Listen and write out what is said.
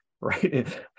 right